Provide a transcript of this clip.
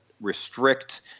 restrict